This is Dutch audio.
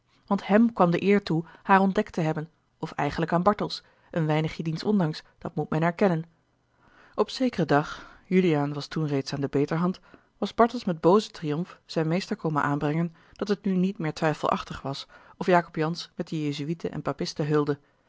want hem kwam de eer toe haar ontdekt te hebben of eigenlijk aan bartels een weinigje diens ondanks dat moet men erkennen op zekeren dag juliaan was toen reeds aan de beterhand was bartels met boozen triomf zijn meester komen aanbrengen dat het nu niet a l g bosboom-toussaint de delftsche wonderdokter twijfelachtig was of jacob jansz met de jezuïeten en papisten heulde